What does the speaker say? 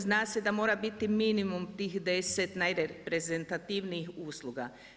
Zna se da mora biti minimum tih 10 najreprezentativnijih usluga.